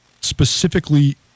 specifically